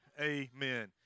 amen